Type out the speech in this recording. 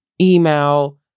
email